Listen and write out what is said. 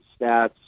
stats